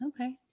Okay